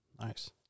nice